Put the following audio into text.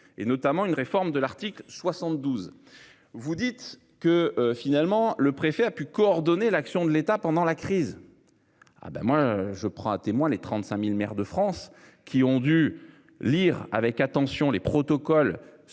et notamment une réforme de l'article 72. Vous dites que finalement, le préfet a pu coordonner l'action de l'État pendant la crise. Ah bah moi je prends à témoin les 35.000 maires de France qui ont dû lire avec attention les protocoles